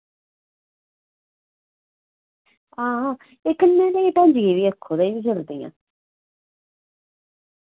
हां कन्नै आह्ले गी बी आक्खो ते एह् चलदियां